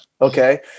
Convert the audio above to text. Okay